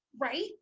Right